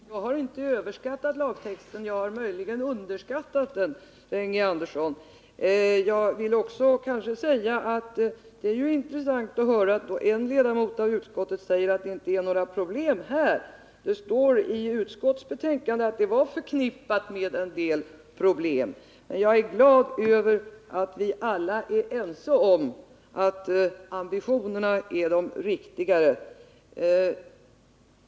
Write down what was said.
Herr talman! Jag har inte överskattat lagtexten. Jag har möjligen underskattat den, Sven Andersson. Det är intressant att höra en ledamot av utskottet säga att det inte finns några problem här. Det står i utskottets betänkande att det var förknippat med en del problem. Jag är glad över att vi alla är överens om att ambitionerna är de riktiga.